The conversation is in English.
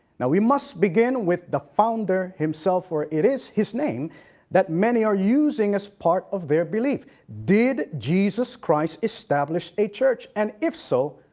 now we must begin with the founder himself where it is his name that many are using are so part of their belief. did jesus christ establish a church and if so,